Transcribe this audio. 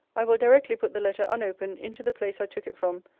i will directly put the letter unopened into the place i took it from,